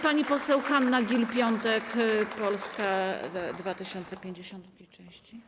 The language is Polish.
Pani poseł Hanna Gill-Piątek, Polska 2050, w drugiej części